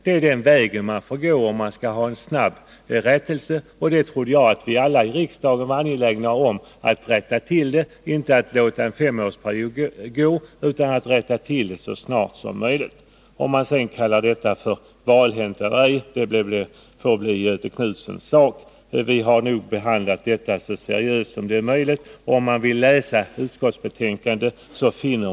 Det är den väg man måste gå om man vill få tillstånd en snabb rättelse. Jag trodde att vi alla här i riksdagen var angelägna om att välja den senare linjen. För vi vill väl inte att det skall gå ytterligare fem år innan saker och ting kan rättas till? Att kalla detta för en valhänt hantering får stå för Göthe Knutson själv. Utskottet har behandlat frågan så seriöst som möjligt, vilket den som läser utskottsbetänkandet kan finna.